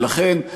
ולכן,